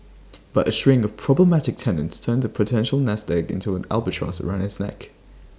but A string of problematic tenants turned the potential nest egg into an albatross around his neck